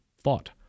thought